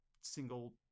single